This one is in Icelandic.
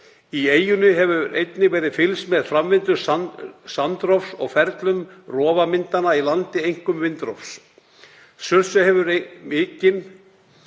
Í eyjunni hefur einnig verið fylgst með framvindu strandrofs og ferlum rofmyndana á landi, einkum vindrofs. Surtsey hefur minnkað